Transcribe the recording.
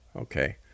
Okay